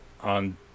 on